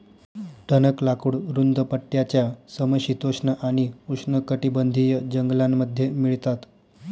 टणक लाकूड रुंद पट्ट्याच्या समशीतोष्ण आणि उष्णकटिबंधीय जंगलांमध्ये मिळतात